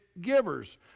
givers